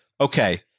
Okay